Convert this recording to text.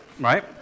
right